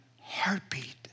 heartbeat